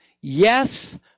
Yes